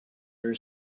your